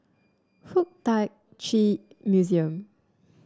FuK Tak Chi Museum